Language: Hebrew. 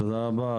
תודה רבה,